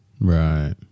Right